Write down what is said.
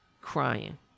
crying